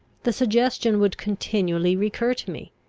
the suggestion would continually recur to me,